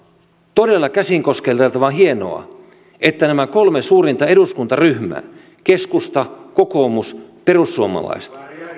todella käsin kosketeltavan hienoa että nämä kolme suurinta eduskuntaryhmää keskusta kokoomus perussuomalaiset